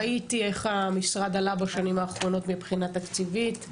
ראיתי איך המשרד עלה בשנים האחרונות מבחינה תקציבית,